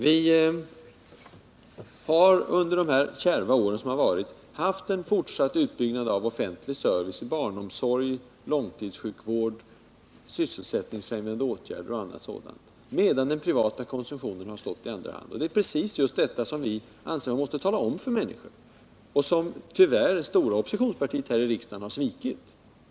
Vi har under de här kärva åren haft en fortsatt utbyggnad av offentlig service — barnomsorg, långtidssjukvård, sysselsättningsfrämjande åtgärder och annat sådant — medan den privata konsumtionen har kommit i andra hand. Det är precis detta som vi anser att man måste tala om för människorna. Där har tyvärr det stora oppositionspartiet här i riksdagen svikit.